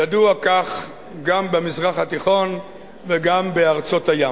ידוע כך גם במזרח התיכון וגם בארצות הים.